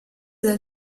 del